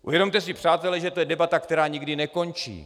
Uvědomte si, přátelé, že to je debata, která nikdy nekončí.